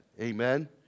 Amen